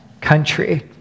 country